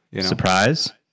surprise